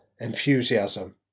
enthusiasm